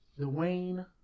Dwayne